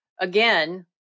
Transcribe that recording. Again